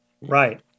Right